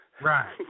Right